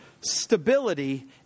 Stability